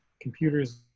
Computers